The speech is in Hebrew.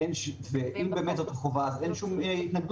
אם זאת החובה שלו אז אין שום סיבה